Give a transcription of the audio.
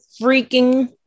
freaking